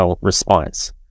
response